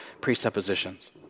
presuppositions